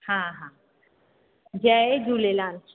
हा हा जय झूलेलाल